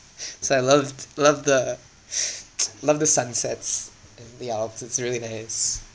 so I loved love the love the sunsets in the alps it's really nice and